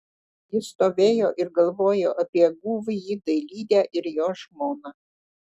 ji stovėjo ir galvojo apie guvųjį dailidę ir jo žmoną